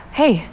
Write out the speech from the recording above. hey